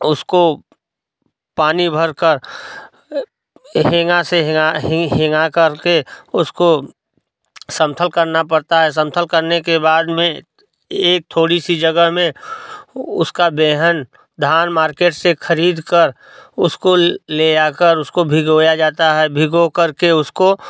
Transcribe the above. उसको पानी भर कर हेंगा से हेंगा हेंगा कर के उसको समतल करना पड़ता है समतल करने के बाद में एक थोड़ी सी जगह में उसका बेहन धान मार्केट से खरीद कर उसको ले आकर उसको भिगोया जाता है भिगो कर के उसको